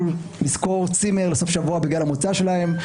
לשכור צימר לסוף שבוע בגלל המוצא שלהם,